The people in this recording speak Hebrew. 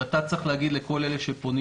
אני חושב שאתה צריך להגיד לכל אלה שפונים